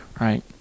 right